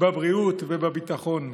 בבריאות ובביטחון?